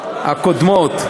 הקודמות.